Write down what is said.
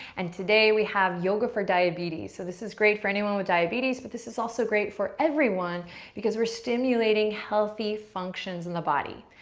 and today we have yoga for diabetes. so, this is great for anyone with diabetes but this is also great for everyone because we're stimulating healthy functions in the body.